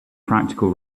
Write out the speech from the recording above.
practical